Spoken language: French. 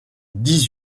dix